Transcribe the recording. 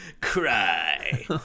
Cry